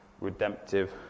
redemptive